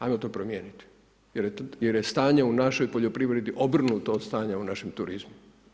Ajmo to promijeniti jer je stanje u našoj poljoprivredi obrnuto od stanja u našem turizmu.